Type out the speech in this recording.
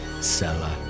Seller